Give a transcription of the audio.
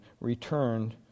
returned